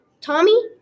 Tommy